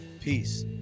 Peace